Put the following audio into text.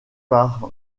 par